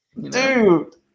Dude